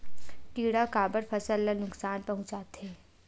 किड़ा काबर फसल ल नुकसान पहुचाथे?